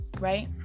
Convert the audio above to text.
right